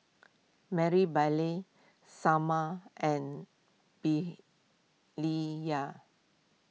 Marybelle Sommer and